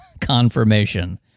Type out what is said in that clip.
confirmation